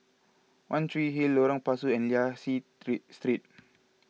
one Tree Hill Lorong Pasu and Liang Seah Street